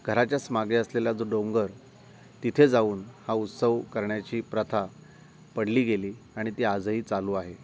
घराच्याच मागे असलेला जो डोंगर तिथे जाऊन हा उत्सव करण्याची प्रथा पडली गेली आणि ती आजही चालू आहे